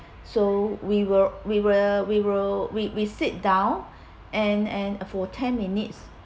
so we will we will we will we we sit down and and uh for ten minutes